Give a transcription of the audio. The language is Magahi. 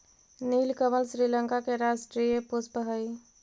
नीलकमल श्रीलंका के राष्ट्रीय पुष्प हइ